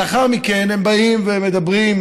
לאחר מכן הם באים ואומרים,